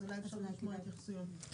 אז אולי כדאי לשמוע קודם התייחסויות.